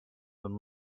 than